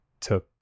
took